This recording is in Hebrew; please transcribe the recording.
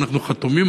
אנחנו חתומים,